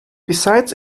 besides